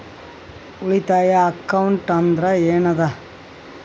ಉಳಿತಾಯ ಅಕೌಂಟ್ ಅಂದ್ರೆ ಏನ್ ಅದ?